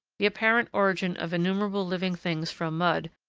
the apparent origin of innumerable living things from mud,